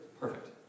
perfect